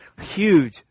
huge